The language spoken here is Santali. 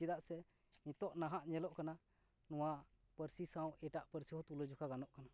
ᱪᱮᱫᱟᱜ ᱥᱮ ᱱᱤᱛᱚᱜ ᱱᱟᱦᱟᱜ ᱧᱮᱞᱚᱜ ᱠᱟᱱᱟ ᱱᱚᱶᱟ ᱯᱟᱹᱨᱥᱤ ᱥᱟᱶ ᱮᱴᱟᱜ ᱯᱟᱹᱨᱥᱤ ᱦᱚᱸ ᱛᱩᱞᱟᱹᱡᱚᱠᱷᱟ ᱜᱟᱱᱚᱜ ᱠᱟᱱᱟ